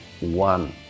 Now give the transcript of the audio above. one